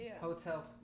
hotel